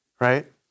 Right